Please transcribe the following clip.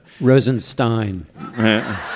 Rosenstein